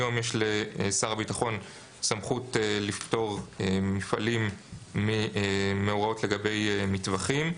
היום יש לשר הביטחון סמכות לפטור מפעלים מהוראות לגבי מטווחים.